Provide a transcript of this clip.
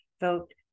vote